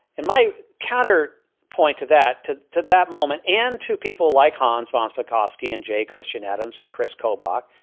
and my counter point to that to to that moment and to people like hans von spakovsky and j. christian adams and kris kobach,